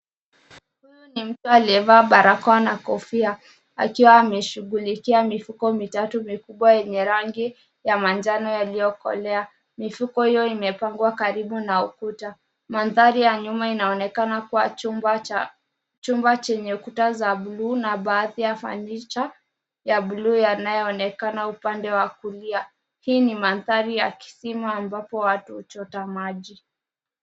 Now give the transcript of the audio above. Huyu ni mtu aliyevaa barakoa na kofia akiwa ameshughulikia mifuko mikubwa mitatu yenye rangi ya manjano yaliyokolea. Mifuko hiyo imepangwa karibu na ukuta. Mandhari ya nyuma inaonekana kuwa chumba chenye ukuta za buluu na baadhi ya fanicha ya buluu yanayoonekana upande wa kulia .Hii ni mandhari ya kisima ambapo watu huchota maji.